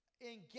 engage